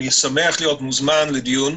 אני שמח להיות מוזמן לדיון.